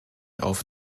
auf